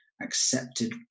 Accepted